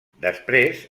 després